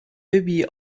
bibi